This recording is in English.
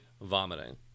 vomiting